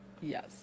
Yes